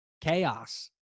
Chaos